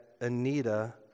Anita